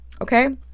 Okay